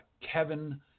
Kevin